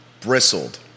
Bristled